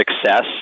success